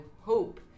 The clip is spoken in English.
hope